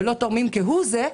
ולא תורמים כהוא זה,